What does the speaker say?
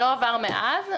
לא עבר הרבה זמן,